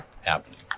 happening